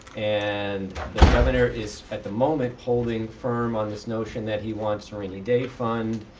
and the governor is at the moment holding firm on this notion that he wants rainy day fund,